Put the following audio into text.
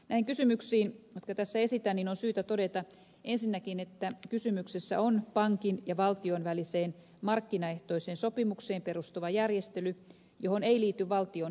näihin kysymyksiin jotka tässä esitän on syytä todeta ensinnäkin että kysymyksessä on pankin ja valtion väliseen markkinaehtoiseen sopimukseen perustuva järjestely johon ei liity valtion tukielementtiä